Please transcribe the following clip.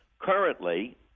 Currently